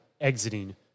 exiting